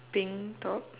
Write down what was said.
pink top